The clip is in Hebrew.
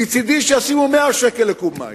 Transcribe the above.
מצדי שיעשו 100 שקל לקוב מים,